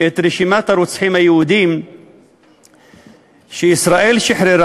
את רשימת הרוצחים היהודים שישראל שחררה,